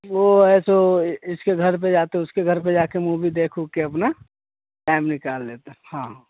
वह है सो इसके घर पर जाते उसके घर पर जा कर मुवी देख उख के अपना टाइम निकाल लेते हाँ